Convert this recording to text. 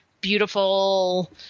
beautiful